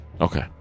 Okay